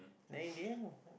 now in the end